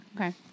Okay